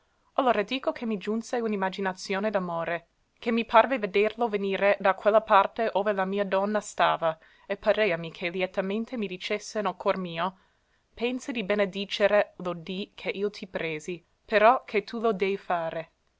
allora dico che mi giunse una imaginazione d'amore che mi parve vederlo venire da quella parte ove la mia donna stava e pareami che lietamente mi dicesse nel cor mio pensa di benedicere lo dì che io ti presi però che tu lo dèi fare